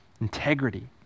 integrity